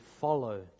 follow